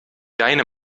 deine